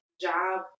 job